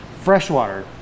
Freshwater